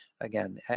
Again